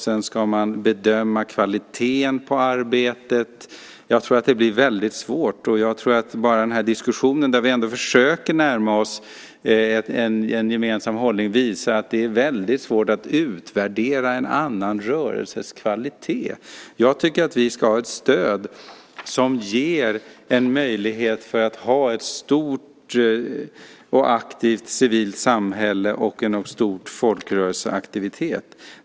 Sedan ska man bedöma kvaliteten på arbetet. Jag tror att det blir väldigt svårt. Bara den här diskussionen, där vi ändå försöker närma oss en gemensam hållning, visar att det är väldigt svårt att utvärdera en annan rörelses kvalitet. Jag tycker att vi ska ha ett stöd som ger en möjlighet att ha ett stort och aktivt civilt samhälle och en stor folkrörelseaktivitet.